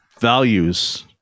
values